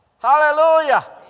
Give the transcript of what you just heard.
Hallelujah